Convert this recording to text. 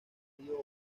junto